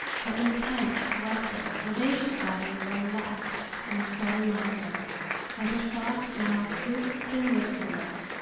her intense, restless, vivacious body relaxed in sudden languor and her soft mouth drooped in wistfulness.